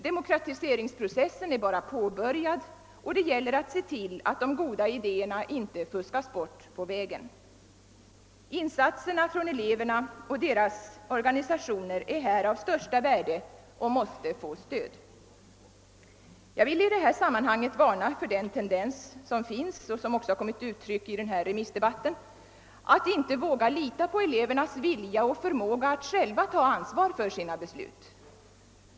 Demokratiseringsprocessen är bara påbörjad och det gäller att se till att de goda idéerna inte fuskas bort på vägen. Insatserna från eleverna och deras organisationer är här av största värde och måste få stöd. Jag vill i det sammanhanget varna för den tendens som finns och som också har kommit till uttryck i den här remissdebatten att inte våga lita på elevernas vilja och förmåga att själva ta ansvar för sina beslut.